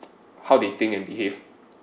how they think and behave